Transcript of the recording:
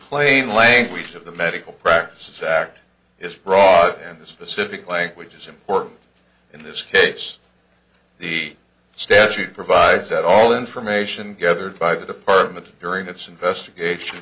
plain language of the medical practice act is broad and the specific language is important in this case the statute provides that all information gathered by the department during its investigation